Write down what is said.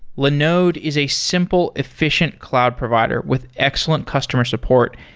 linode is a simple, efficient cloud provider with excellent customer support,